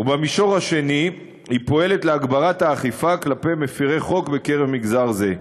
ובמישור השני היא פועלת להגברת האכיפה כלפי מפרי חוק במגזר זה.